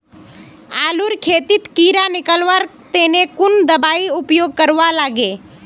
आलूर खेतीत कीड़ा निकलवार तने कुन दबाई उपयोग करवा लगे?